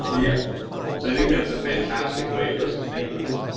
um yeah so i think that's a fantastic way for us to think about it.